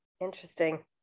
Interesting